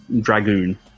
Dragoon